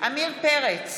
עמיר פרץ,